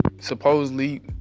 supposedly